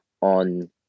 on